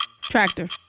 tractor